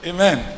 Amen